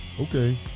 Okay